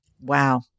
Wow